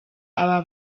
aba